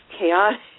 chaotic